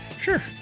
Sure